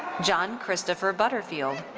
john christopher butterfield.